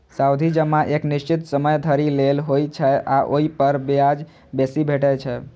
सावधि जमा एक निश्चित समय धरि लेल होइ छै आ ओइ पर ब्याज बेसी भेटै छै